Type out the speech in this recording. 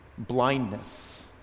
Blindness